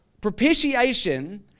Propitiation